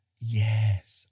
Yes